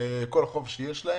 לכל חוב שיש להם.